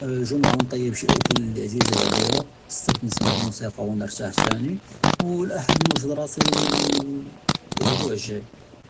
לְגֻ'מְעַה נְטַיִּב שִי אֻכַּל לִי עַזִיזַה עְלִי, לַסַּבְּת נִסְמַע לְמוּסִיקַה וּנְרְתַּاح תַּאנִי, וּלְאַחַד נְווַדֵד רַאסִי לְלְאוּסְבּוּעַ לַגַ'אי.